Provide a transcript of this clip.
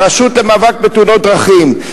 אל הרשות למאבק בתאונות דרכים,